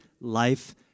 life